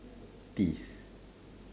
teeth